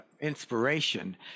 inspiration